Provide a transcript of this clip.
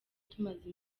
tumaze